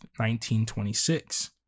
1926